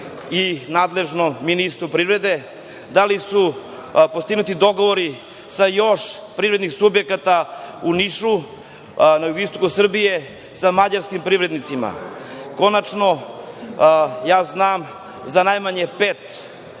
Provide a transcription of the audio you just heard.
i nadležnom ministru privrede – da li su postignuti dogovori sa još privrednih subjekata, u Nišu, na jugoistoku Srbije sa mađarskim privrednicima? Konačno, ja znam za najmanje pet